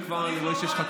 וכבר אני רואה שיש לך,